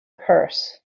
curse